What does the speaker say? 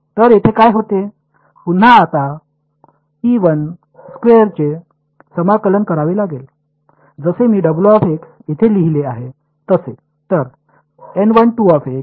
तर येथे काय होते पुन्हा मला आत्ता चे समाकलन करावे लागेल जसे मी येथे लिहिले आहे तसे